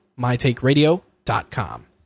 mytakeradio.com